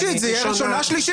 זה יהיה ראשונה, שלישית.